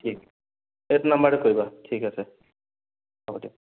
ঠিক এইটো নাম্বাৰতে কৰিবা ঠিক আছে হ'ব দিয়া